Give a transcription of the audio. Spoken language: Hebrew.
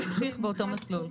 זה ימשיך באותו מסלול.